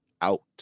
out